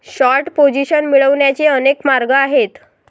short position मिळवण्याचे अनेक मार्ग आहेत